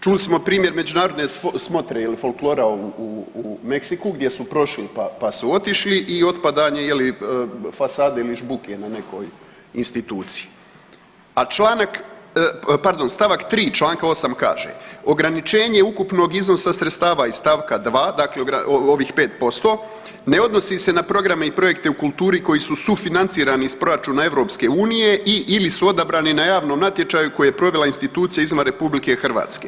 Čuli smo primjer međunarodne smotre ili folklora u Meksiku gdje su prošli, pa su otišli i otpadanje je li fasade ili žbuke na nekoj instituciji, a članak, pardon, st. 3. čl. 8. kaže, ograničenje ukupnog iznosa sredstava iz st. 2., dakle u ovih 5%, ne odnosi se na programe i projekte u kulturi koji su sufinancirani iz proračuna EU i/ili su odabrani na javnom natječaju koji je provela institucija izvan RH.